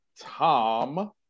Tom